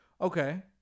Okay